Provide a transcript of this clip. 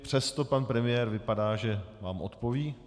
Přesto pan premiér vypadá, že vám odpoví.